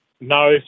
No